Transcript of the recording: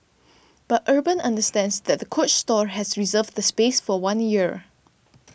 but Urban understands that the Coach store has reserved the space for one year